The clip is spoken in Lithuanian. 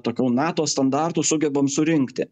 tokių nato standartų sugebam surinkti